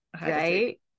Right